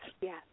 Yes